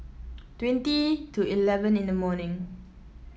twenty to eleven in the morning